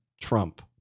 Trump